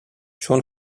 چون